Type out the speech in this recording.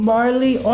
Marley